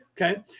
Okay